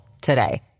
today